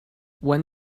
when